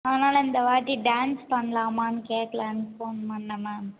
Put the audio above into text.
அதனாலே இந்த வாட்டி டான்ஸ் பண்ணலாமான்னு கேட்கலான்னு ஃபோன் பண்ணிணேன் மேம்